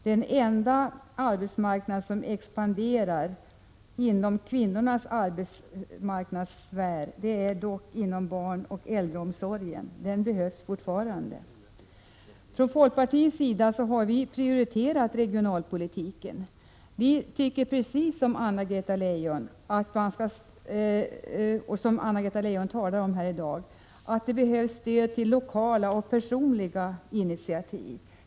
Den enda del som expanderar inom kvinnornas arbetsmarknadssfär är barnoch äldreomsorgen. Den behövs fortfarande. Från folkpartiets sida har vi prioriterat regionalpolitiken. Vi tycker, precis som Anna-Greta Leijon talar om här i dag, att det behövs stöd till lokala och personliga initiativ.